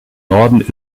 norden